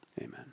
amen